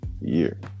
year